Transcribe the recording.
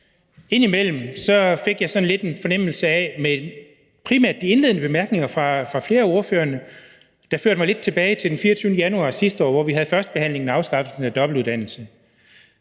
Indimellem fik jeg med primært de indledende bemærkninger fra flere af ordførerne lidt en fornemmelse af at blive ført tilbage til den 24. januar sidste år, hvor vi havde første behandling af afskaffelsen af dobbeltuddannelsen.